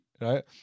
right